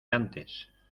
antes